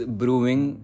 brewing